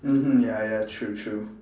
mmhmm ya ya true true